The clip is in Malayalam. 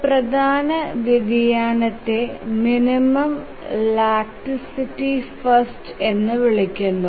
ഒരു പ്രധാന വ്യതിയാനത്തെ മിനിമം ലാക്സിറ്റി ഫസ്റ്റ് എന്ന് വിളിക്കുന്നു